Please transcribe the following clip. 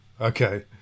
Okay